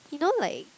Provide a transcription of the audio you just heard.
you know like